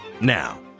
Now